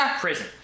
prison